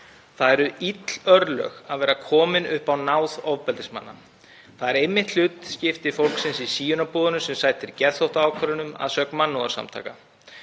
Það eru ill örlög að vera komin upp á náð ofbeldismanna. Það er einmitt hlutskipti fólksins í síunarbúðunum sem sætir geðþóttaákvörðunum, að sögn mannúðarsamtaka.